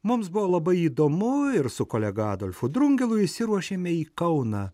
mums buvo labai įdomu ir su kolega adolfu drungilu išsiruošėme į kauną